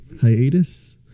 Hiatus